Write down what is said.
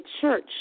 church